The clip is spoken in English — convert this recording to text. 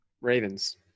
Ravens